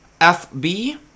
FB